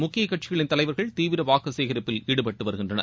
முக்கிய கட்சிகளின் தலைவர்கள் தீவிர வாக்கு சேகரிப்பில் ஈடுபட்டு வருகின்றனர்